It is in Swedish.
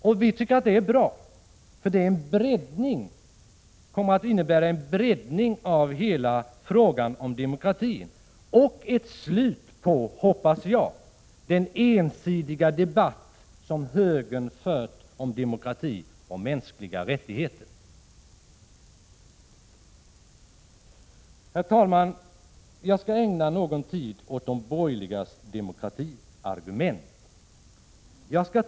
Det tycker vi är bra och kommer att innebära en breddning av hela frågan om demokrati och ett slut på — hoppas jag — den ensidiga debatt högern fört om demokrati och mänskliga rättigheter. Herr talman! Jag skall ägna en stund åt att kommentera de borgerligas demokratiargument.